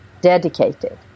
dedicated